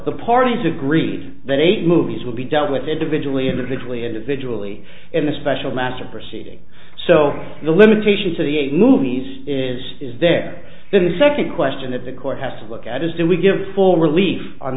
the parties agreed that eight movies will be dealt with individually individually individually in a special master proceeding so the limitation to the movies is is there then the second question that the court has to look at is that we give full relief on